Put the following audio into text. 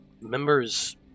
members